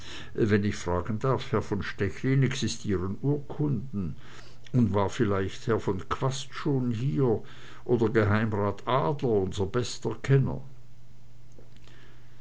wenn ich fragen darf herr von stechlin existieren urkunden und war vielleicht herr von quast schon hier oder geheimrat adler unser bester kenner